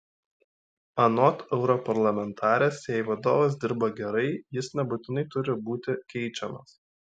anot europarlamentarės jei vadovas dirba gerai jis nebūtinai turi būti keičiamas